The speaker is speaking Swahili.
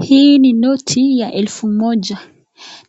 Hii ni noti ya elfu moja,